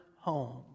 home